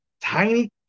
Tiny